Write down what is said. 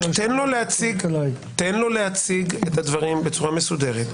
רק שתיתן לו להציג את הדברים בצורה מסודרת.